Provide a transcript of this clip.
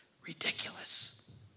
ridiculous